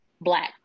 black